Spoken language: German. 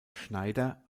schneider